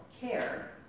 care